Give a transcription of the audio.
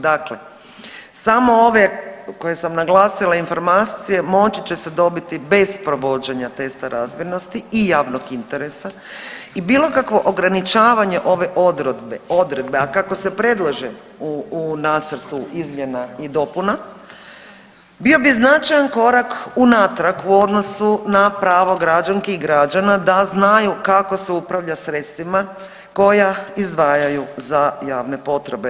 Dakle samo ove koje sam naglasila informacije, moći će se dobiti bez provođenja testa razmjernosti i javnog interesa i bilo kakvo ograničavanje ove odredbe, a kako se predlaže u nacrtu izmjena i dopuna, bio bi značajan korak unatrag u odnosu na pravo građanki i građana da znaju kako se upravlja sredstvima koja izdvajaju za javne potrebe.